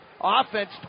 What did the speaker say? offense